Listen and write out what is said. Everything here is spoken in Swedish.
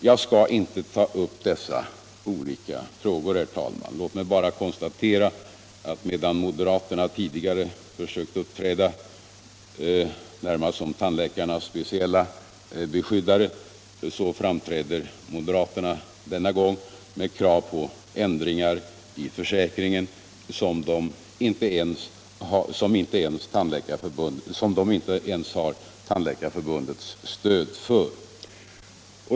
Jag skall inte ta upp dessa olika frågor, herr talman. Låt mig bara konstatera att medan moderaterna tidigare försökt uppträda närmast som tandläkarnas speciella beskyddare, så framträder moderaterna denna gång med krav på ändringar i försäkringen som de inte ens har Tandläkarförbundets stöd för.